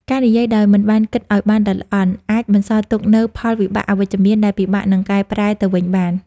ការនិយាយដោយមិនបានគិតឱ្យបានល្អិតល្អន់ អាចបន្សល់ទុកនូវផលវិបាកអវិជ្ជមាន ដែលពិបាកនឹងកែប្រែទៅវិញបាន។